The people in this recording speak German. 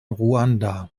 ruanda